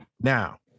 Now